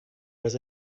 was